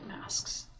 masks